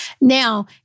Now